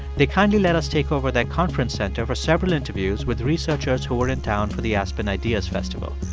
they kindly let us take over that conference center for several interviews with researchers who were in town for the aspen ideas festival.